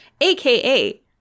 aka